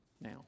now